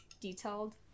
Detailed